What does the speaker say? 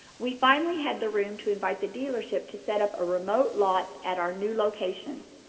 we finally had the room to invite the dealership to set up a remote lot at our new location.